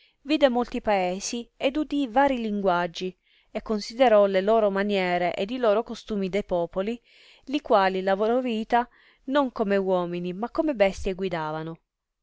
vide molti paesi ed udì vari linguaggi e considerò le loro maniere ed i costumi de popoli li quali la loro vita non come uomini ma come bestie guidavano